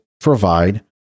provide